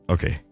Okay।